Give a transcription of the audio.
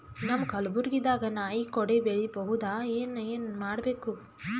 ನಮ್ಮ ಕಲಬುರ್ಗಿ ದಾಗ ನಾಯಿ ಕೊಡೆ ಬೆಳಿ ಬಹುದಾ, ಏನ ಏನ್ ಮಾಡಬೇಕು?